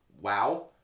wow